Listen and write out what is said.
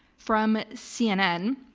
from cnn.